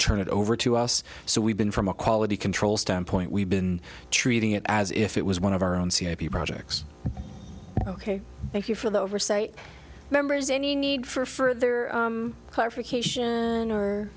turn it over to us so we've been from a quality control standpoint we've been treating it as if it was one of our own c n n projects ok thank you for the oversight members any need for further clarification or